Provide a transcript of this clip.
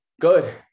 Good